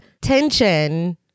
tension